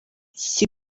iki